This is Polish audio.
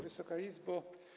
Wysoka Izbo!